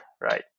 right